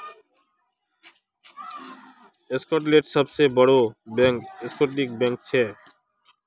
स्कॉटलैंडेर सबसे बोड़ो बैंक स्कॉटिया बैंक छे